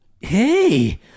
Hey